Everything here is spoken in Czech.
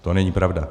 To není pravda.